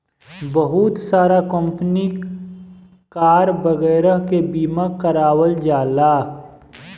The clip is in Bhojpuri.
बहुत सारा कंपनी कार वगैरह के बीमा करावल जाला